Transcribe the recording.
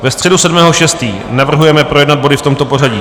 Ve středu 7. 6. navrhujeme projednat body v tomto pořadí.